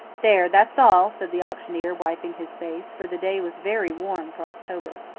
there, that's all, said the auctioneer, wiping his face, for the day was very warm for october.